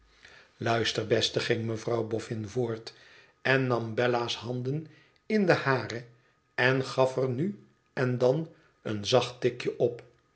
luister beste ging mevrouw boffin voort en nam bella's handen in de hare en gaf er nu en dan een zacht tikje op